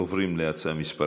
עוברים לנושא מס'